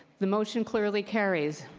the motion clearly carries.